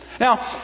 Now